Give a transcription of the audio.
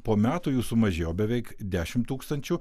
po metų jų sumažėjo beveik dešimt tūkstančių